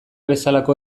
bezalako